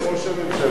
זה ראש הממשלה